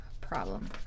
problem